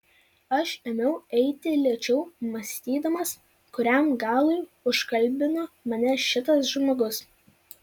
aš ėmiau eiti lėčiau mąstydamas kuriam galui užkalbino mane šitas žmogus